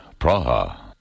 Praha